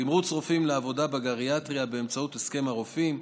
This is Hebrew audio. תמרוץ רופאים לעבודה בגריאטריה באמצעות הסכם הרופאים,